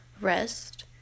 rest